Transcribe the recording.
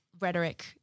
rhetoric